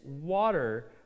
water